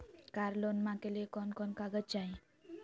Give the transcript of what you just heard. कार लोनमा के लिय कौन कौन कागज चाही?